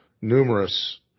numerous